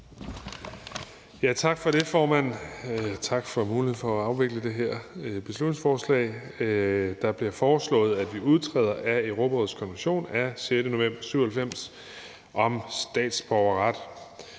Tak for det, formand. Tak for muligheden for at afvikle det her beslutningsforslag. Det bliver foreslået, at vi udtræder af Europarådets konvention af 6. november 1997 om statsborgerret.